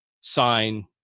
sign